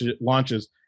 launches